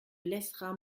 laisseras